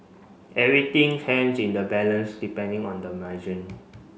everything hangs in the balance depending on the